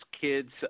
kid's